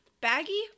baggy